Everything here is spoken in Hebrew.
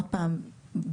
עוד פעם,